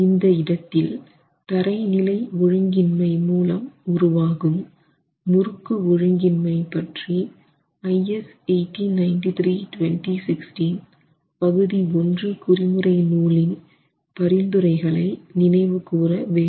இந்த இடத்தில் தரை நிலை ஒழுங்கின்மை மூலம் உருவாகும் முறுக்கு ஒழுங்கின்மை பற்றி IS 1893 2016 பகுதி 1 குறிமுறை நூலின் பரிந்துரைகளை நினைவு கூற வேண்டும்